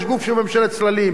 ויש גוף שהוא ממשלת צללים.